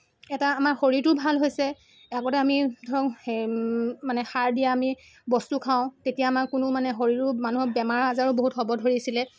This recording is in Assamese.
এটা আমাৰ শৰীৰটো ভাল হৈছে আগতে আমি ধৰক মানে সাৰ দিয়া আমি বস্তু খাওঁ তেতিয়া আমাৰ কোনো মানে শৰীৰো মানুহৰ বেমাৰ আজাৰো বহুত হ'ব ধৰিছিলে